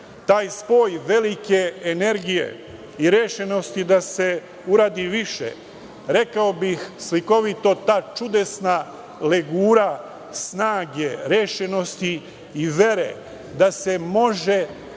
Taj spoj velike energije i rešenosti da se uradi više, rekao bih slikovito, ta čudesna legura snage, rešenosti i vere da se može uraditi